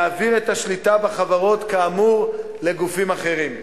להעביר את השליטה בחברות כאמור לגופים אחרים.